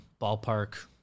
ballpark